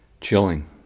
Chilling